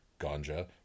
ganja